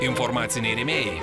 informaciniai rėmėjai